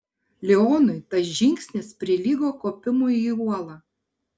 leonui tas žingsnis prilygo kopimui į uolą